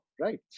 right